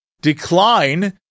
decline